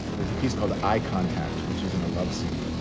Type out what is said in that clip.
there's a piece called eye contact, which is in a love scene.